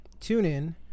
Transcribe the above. TuneIn